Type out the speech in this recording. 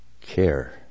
care